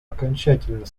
окончательно